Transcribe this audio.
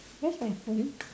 where's my phone